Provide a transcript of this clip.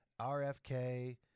RFK